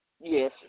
yes